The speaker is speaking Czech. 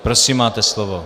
Prosím, máte slovo.